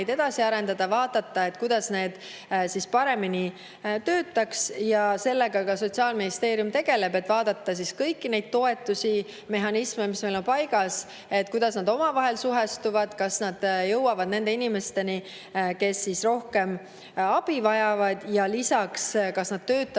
edasi arendada, vaadata, kuidas need paremini töötaks. Ka Sotsiaalministeerium tegeleb sellega, et vaadata kõiki neid toetusi, mehhanisme, mis meil on paigas, et [näha], kuidas need omavahel suhestuvad, kas need jõuavad nende inimesteni, kes rohkem abi vajavad, ja lisaks, kas need töötavad